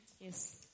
Yes